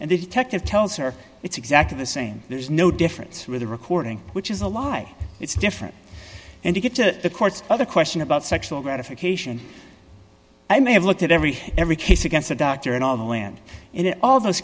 the detective tells her it's exactly the same there's no difference for the recording which is a lie it's different and you get to the court's other question about sexual gratification i may have looked at every every case against the doctor and all the land and all those